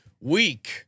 week